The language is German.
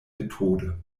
methode